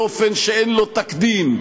באופן שאין לו תקדים,